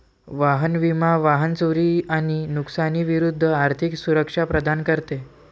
वाहन विमा वाहन चोरी आणि नुकसानी विरूद्ध आर्थिक सुरक्षा प्रदान करते